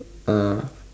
uh